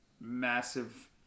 massive